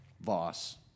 Voss